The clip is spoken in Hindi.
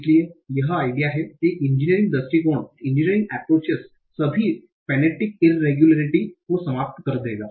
इसलिए यह आइडिया है कि इंजीनियरिंग दृष्टिकोण सभी फोनेटिक इर्रेगुलेरिलिटी को समाप्त कर देगा